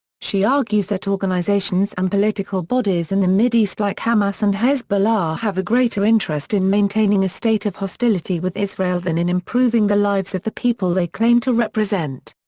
she argues that organizations and political bodies in the mideast like hamas and hezbollah have a greater interest in maintaining a state of hostility with israel than in improving the lives of the people they claim to represent.